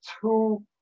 two